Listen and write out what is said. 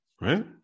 right